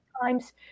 times